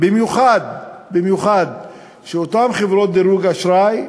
במיוחד שאותן חברות דירוג אשראי,